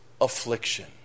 affliction